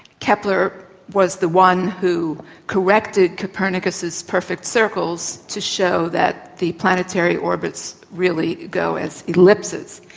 kepler was the one who corrected copernicus's perfect circles to show that the planetary orbits really go as ellipses.